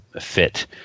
fit